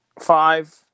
five